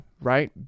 right